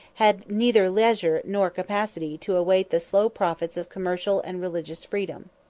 had neither leisure nor capacity to await the slow profits of commercial and religious freedom.